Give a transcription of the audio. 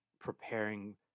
preparing